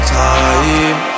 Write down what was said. time